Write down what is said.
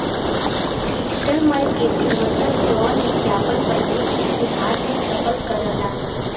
digital marketing मतलब जौन विज्ञापन पहिले इश्तेहार मे छपल करला